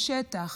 בשטח,